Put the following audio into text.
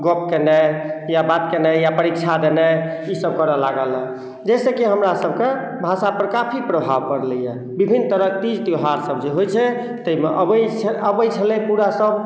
गप केनाइ या बात केनाइ या परीक्षा देनाइ ईसब करय लागल हँ जाहिसॅं कि हमरा सबके भाषा पर काफी प्रभाव परलैया विभिन्न तरह के तीज त्यौहार सब जे होइ छै ताहिमे अबै छलै पूरा सब